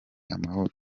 amahoro